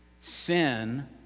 sin